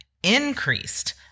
increased